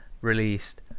released